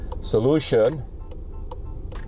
solution